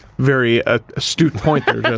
very astute point there